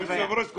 היושב-ראש קובע.